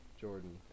Jordan